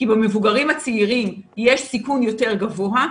כי במבוגרים הצעירים יש סיכון יותר גבוה,